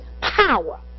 power